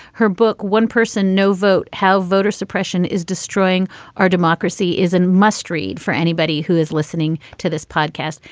her book, one person no vote how voter suppression is destroying our democracy democracy is a must read for anybody who is listening to this podcast.